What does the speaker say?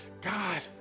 God